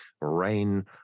rain